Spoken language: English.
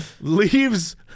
leaves